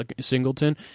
Singleton